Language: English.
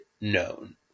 known